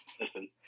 Listen